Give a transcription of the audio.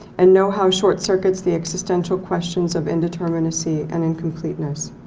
and know how short circuits the existential questions of indeterminacy and incompleteness,